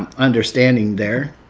um understanding there.